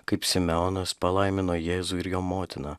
kaip simeonas palaimino jėzų ir jo motiną